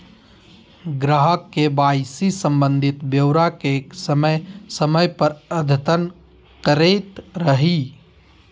ग्राहक के के.वाई.सी संबंधी ब्योरा के समय समय पर अद्यतन करैयत रहइ